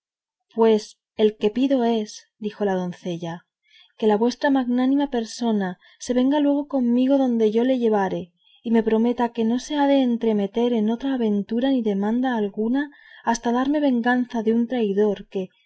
pues el que pido es dijo la doncella que la vuestra magnánima persona se venga luego conmigo donde yo le llevare y me prometa que no se ha de entremeter en otra aventura ni demanda alguna hasta darme venganza de un traidor que